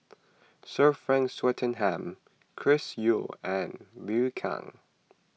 Sir Frank Swettenham Chris Yeo and Liu Kang